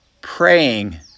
praying